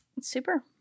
Super